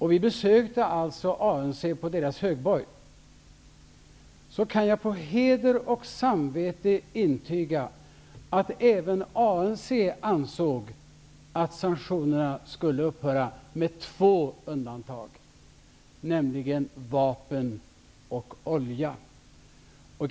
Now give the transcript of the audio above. Vi besökte ANC på deras högborg, och jag kan på heder och samvete intyga att även ANC ansåg att sanktionerna borde upphöra, med två undantag, nämligen vapen och olja.